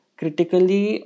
critically